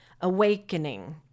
awakening